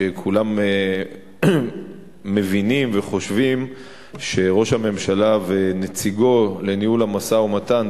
שכולם מבינים וחושבים שראש הממשלה ונציגו לניהול המשא-ומתן,